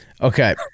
Okay